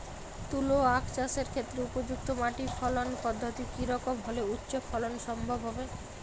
তুলো আঁখ চাষের ক্ষেত্রে উপযুক্ত মাটি ফলন পদ্ধতি কী রকম হলে উচ্চ ফলন সম্ভব হবে?